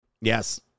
Yes